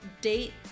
date